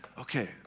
Okay